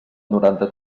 noranta